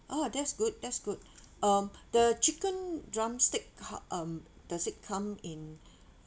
oh that's good that's good um the chicken drumstick how um does it come in